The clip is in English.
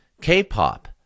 K-pop